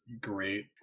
Great